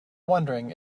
wondering